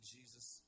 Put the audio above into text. Jesus